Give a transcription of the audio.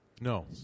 No